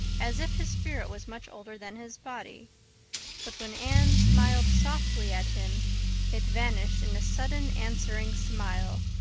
as if his spirit was much older than his body but when anne smiled softly at him it vanished in a sudden answering smile,